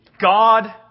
God